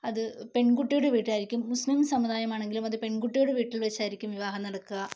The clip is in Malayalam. അത് പെണ്കുട്ടിയുടെ വീട്ടിലായിരിക്കും മുസ്ലിം സമുദായമാണെങ്കിലും അത് പെണ്കുട്ടിയുടെ വീട്ടില് വെച്ചായിരിക്കും വിവാഹം നടക്കുക